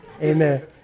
Amen